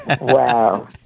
Wow